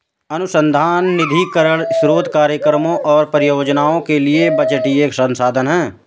अनुसंधान निधीकरण स्रोत कार्यक्रमों और परियोजनाओं के लिए बजटीय संसाधन है